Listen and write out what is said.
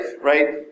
right